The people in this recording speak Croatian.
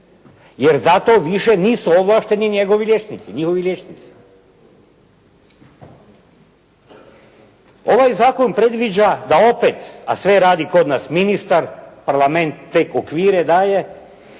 jer zato više nisu ovlašteni njegovi liječnici, njihovi liječnici. Ovaj zakon predviđa da opet, a sve radi kod nas ministar, Parlament tek okvire daje,